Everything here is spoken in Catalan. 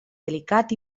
delicat